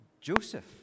Joseph